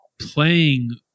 playing